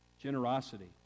generosity